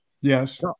Yes